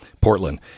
Portland